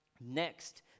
Next